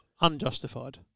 Unjustified